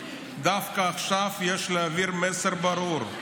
דווקא עכשיו יש להעביר מסר ברור: